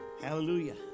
Hallelujah